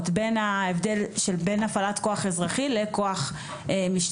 בין ההבדל של בין הפעלת כוח אזרחי לכוח משטרתי,